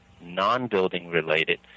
non-building-related